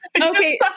Okay